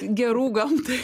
gerų gamtai